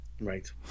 Right